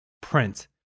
print